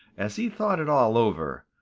as he thought it all over,